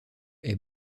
est